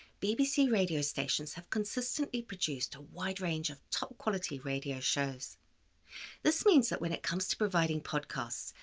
bbc radio stations have consistently produced a wide range of top-quality radio shows this means that when it comes to providing podcasts,